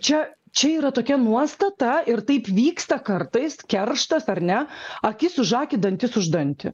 čia čia yra tokia nuostata ir taip vyksta kartais kerštas ar ne akis už akį dantis už dantį